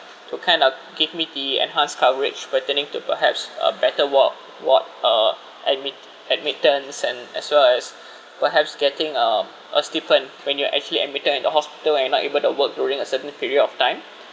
to kind of give me the enhanced coverage pertaining to perhaps a better ward ward uh admit~ admittance and as well as perhaps getting uh a stipend when you're actually admitted in the hospital and not able to work during a certain period of time